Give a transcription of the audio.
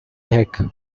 thick